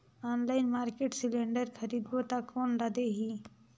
Online market cylinder खरीदबो ता कोन ला देही?